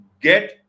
get